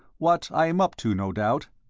what i am up to, no doubt.